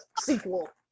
sequel